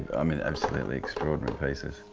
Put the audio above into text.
i mean absolutely extraordinary pieces.